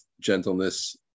gentleness